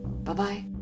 Bye-bye